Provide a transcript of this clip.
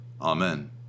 Amen